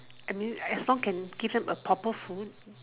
I mean as long can give them a proper food